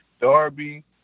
Darby